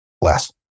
Less